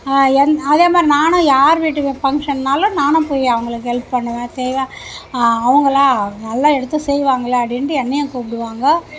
எந் அதே மாதிரி நானும் யார் வீட்டுக்கு ஃபங்க்ஷன்னாலும் நானும் போய் அவங்குளுக்கு ஹெல்ப் பண்ணுவேன் செய்வேன் அவங்களா நல்லா எடுத்து செய்வாங்களே அப்படின்ட்டு என்னையும் கூப்பிடுவாங்க